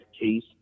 case